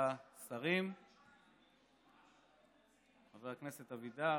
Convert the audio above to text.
חבריי השרים, חבר הכנסת אבידר,